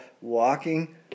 walking